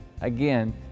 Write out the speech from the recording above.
Again